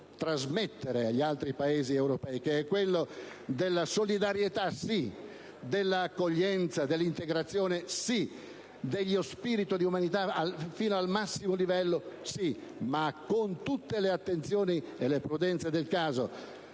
trasmettere agli altri Paesi europei è quello della solidarietà, dell'accoglienza, dell'integrazione, dello spirito di umanità fino al massimo livello, ma con tutte le attenzioni e le prudenze del caso.